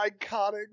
iconic